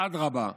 אדרבה,